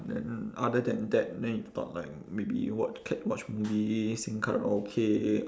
then other than that then if not like maybe watch cat watch movie sing karaoke